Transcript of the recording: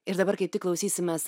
ir dabar kaip tik klausysimės